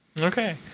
Okay